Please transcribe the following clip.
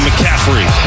McCaffrey